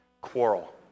quarrel